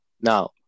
Now